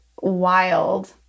wild